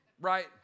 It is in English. right